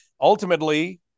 Ultimately